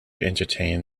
entertain